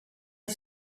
est